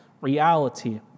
reality